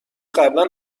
قبلا